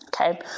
Okay